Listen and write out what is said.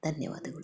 ಧನ್ಯವಾದಗಳು